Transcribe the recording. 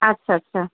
আচ্ছা আচ্ছা